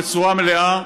בצורה מלאה,